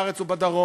הארץ או בדרום,